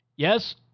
Yes